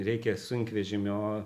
reikia sunkvežimio